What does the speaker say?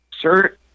Sir